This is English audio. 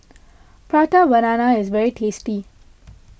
Prata Banana is very tasty